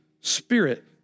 spirit